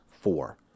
four